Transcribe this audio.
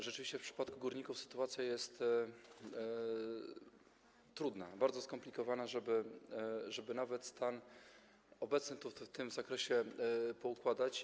Rzeczywiście w przypadku górników sytuacja jest trudna, bardzo skomplikowana, żeby nawet obecny tu stan w tym zakresie poukładać.